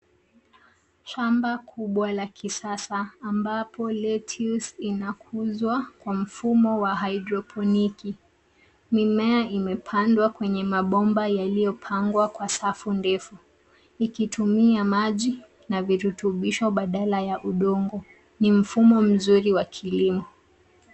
Shamba kubwa la kisasa ambapo lettuce inakuzwa kwa mfumo wa haidroponiki. Mimea imepandwa kwenye mabomba yaliyopangwa kwa safu ndefu. Ikitumia maji na virutubisho badala ya udongo. Ni mfumo mzuri wa kilimo.